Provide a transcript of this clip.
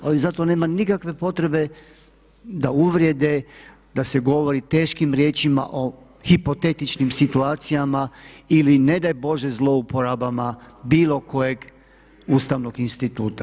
Ali zato nema nikakve potrebe da uvrede, da se govori teškim riječima o hipotetičnim situacijama ili ne daj Bože zlouporabama bilo kojeg ustavnog instituta.